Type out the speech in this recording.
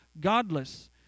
godless